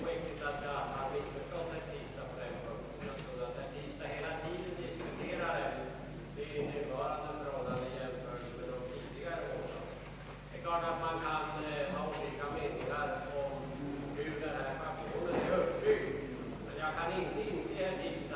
Herr talman! Eftersom herr Svanström var så öppenhjärtig i sitt försvar för centerpartireservationen, vill jag också vara öppenhjärtig.